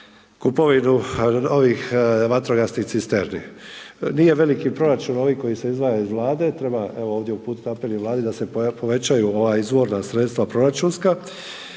kupovinu novih vatrogasnih cisterni. Nije veliki proračun ovih koji se izdvajaju iz Vlade, treba ovdje uputiti apel i Vladi da se povećaju ova izvorna sredstva proračunska